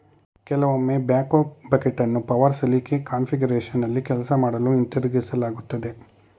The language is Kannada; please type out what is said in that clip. ಕೆಲವೊಮ್ಮೆ ಬ್ಯಾಕ್ಹೋ ಬಕೆಟನ್ನು ಪವರ್ ಸಲಿಕೆ ಕಾನ್ಫಿಗರೇಶನ್ನಲ್ಲಿ ಕೆಲಸ ಮಾಡಲು ಹಿಂತಿರುಗಿಸಲಾಗ್ತದೆ